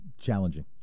challenging